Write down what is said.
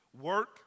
Work